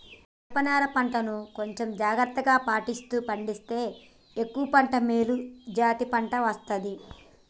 జనప నారా పంట ను కొంచెం జాగ్రత్తలు పాటిస్తూ పండిస్తే ఎక్కువ పంట మేలు జాతి పంట వస్తది